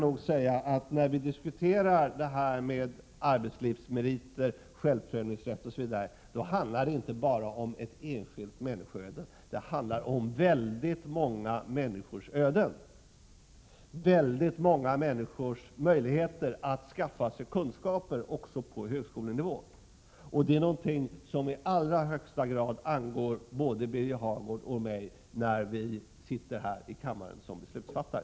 När vi diskuterar arbetslivsmeriter, självprövningsrätt osv. handlar det inte bara om ett enskilt människoöde utan om väldigt många människors öden, väldigt många människors möjligheter att skaffa sig kunskaper också på högskolenivå. Det är någonting som i allra högsta grad angår både Birger Hagård och mig när vi sitter här i kammaren som beslutsfattare.